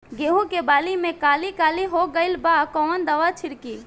गेहूं के बाली में काली काली हो गइल बा कवन दावा छिड़कि?